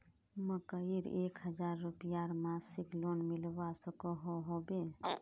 मकईर एक हजार रूपयार मासिक लोन मिलवा सकोहो होबे?